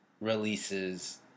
releases